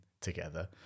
together